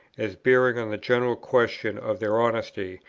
as bearing on the general question of their honesty,